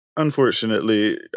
Unfortunately